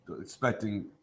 expecting